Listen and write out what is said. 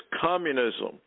communism